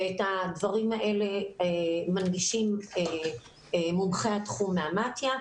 ואת הדברים האלה מנגישים מומחי מתי"א.